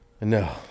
No